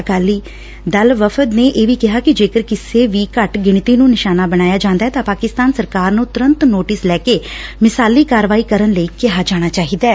ਅਕਾਲੀ ਦਲ ਵਫ਼ਦ ਨੇ ਇਹ ਵੀ ਕਿਹਾ ਕਿ ਜੇਕਰ ਕਿਸੇ ਵੀ ਘੱਟ ਗਿਣਤੀ ਨੂੰ ਨਿਸ਼ਾਨਾ ਬਣਾਇਆ ਜਾਂਦੈ ਤਾਂ ਪਾਕਿਸਤਾਨ ਸਰਕਾਰ ਨੂੰ ਤੁਰੰਤ ਨੋਟਿਸ ਲੈ ਕੇ ਮਿਸਾਲੀ ਕਾਰਵਾਈ ਕਰਨ ਲਈ ਕਿਹਾ ਜਾਣਾ ਚਾਹੀਦੈ